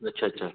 अच्छा अच्छा